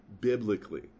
biblically